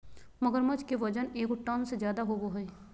मगरमच्छ के वजन एगो टन से ज्यादा होबो हइ